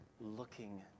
looking